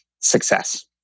success